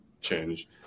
change